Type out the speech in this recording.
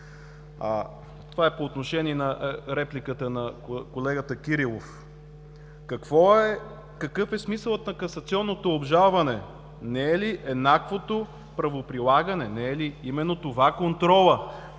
Това е по отношение на репликата на колегата Кирилов. Какъв е смисълът на касационното обжалване? Не е ли еднаквото правоприлагане, не е ли именно това контролът